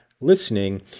listening